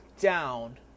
down